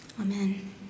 Amen